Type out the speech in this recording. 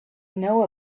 know